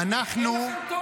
אין לכם תור,